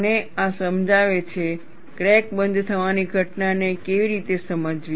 અને આ સમજાવે છે ક્રેક બંધ થવાની ઘટનાને કેવી રીતે સમજવી